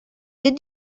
did